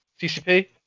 CCP